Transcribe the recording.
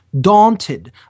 daunted